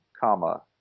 comma